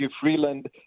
Freeland